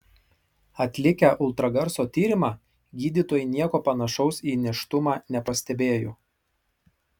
atlikę ultragarso tyrimą gydytojai nieko panašaus į nėštumą nepastebėjo